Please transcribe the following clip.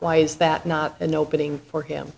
why is that not an opening for him